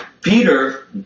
Peter